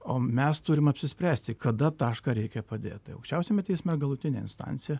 o mes turim apsispręsti kada tašką reikia padėt tai aukščiausiame teisme galutinė instancija